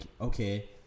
okay